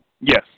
Yes